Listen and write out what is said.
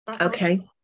Okay